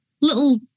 little